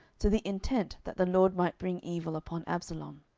to the intent that the lord might bring evil upon absalom.